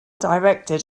directed